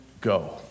go